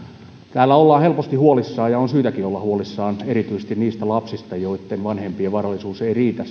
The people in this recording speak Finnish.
täällä ollaan helposti huolissaan ja on syytäkin olla huolissaan erityisesti niistä lapsista joitten vanhempien varallisuus ei riitä